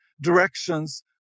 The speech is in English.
directions